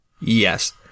Yes